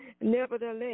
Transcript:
Nevertheless